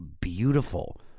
beautiful